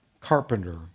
carpenter